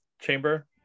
chamber